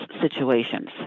situations